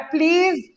Please